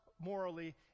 morally